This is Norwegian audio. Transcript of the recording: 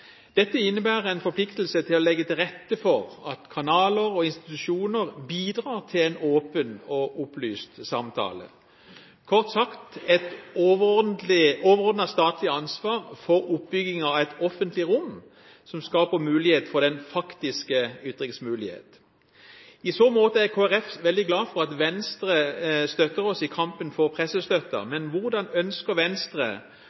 Dette innebærer en forpliktelse til å legge til rette for at kanaler og institusjoner bidrar til en åpen og opplyst samtale – kort sagt et overordnet statlig ansvar for oppbygging av et offentlig rom som skaper faktisk ytringsmulighet. I så måte er Kristelig Folkeparti veldig glad for at Venstre støtter oss i kampen for pressestøtte.